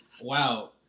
wow